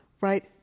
right